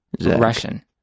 russian